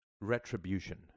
Retribution